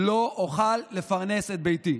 לא אוכל לפרנס את ביתי.